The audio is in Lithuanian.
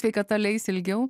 sveikata leis ilgiau